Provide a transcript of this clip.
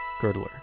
Girdler